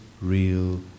real